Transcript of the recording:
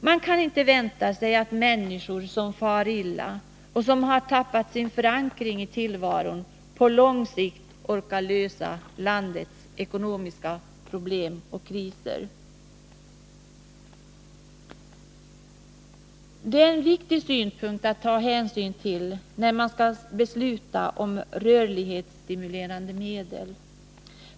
Man kan inte vänta sig att människor som far illa och som har tappat sin förankring i tillvaron på lång sikt orkar lösa landets ekonomiska problem och kriser. Det är en viktig synpunkt att ta hänsyn till när man skall besluta om rörlighetsstimulerande medel.